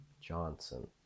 johnson